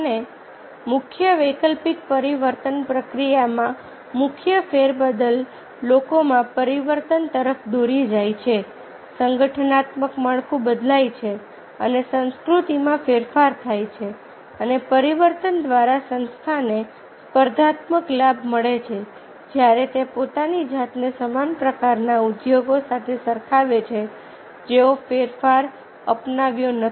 અને મુખ્ય વૈકલ્પિક પરિવર્તન પ્રક્રિયામાં મુખ્ય ફેરબદલ લોકોમાં પરિવર્તન તરફ દોરી જાય છે સંગઠનાત્મક માળખું બદલાય છે અને સંસ્કૃતિમાં ફેરફાર થાય છે અને પરિવર્તન દ્વારા સંસ્થાને સ્પર્ધાત્મક લાભ મળે છે જ્યારે તે પોતાની જાતને સમાન પ્રકારના ઉદ્યોગો સાથે સરખાવે છે જેઓ ફેરફાર અપનાવ્યો નથી